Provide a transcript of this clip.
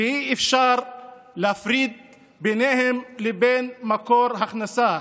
ואי-אפשר להפריד ביניהם לבין מקור ההכנסה.